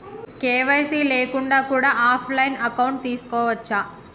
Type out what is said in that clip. KYC లేకుండా కూడా offline account తీసుకోవచ్చా?